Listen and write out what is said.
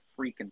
freaking